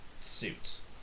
suits